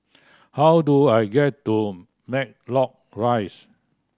how do I get to Matlock Rise